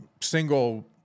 single